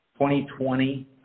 2020